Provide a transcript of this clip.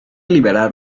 liberar